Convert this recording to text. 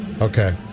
Okay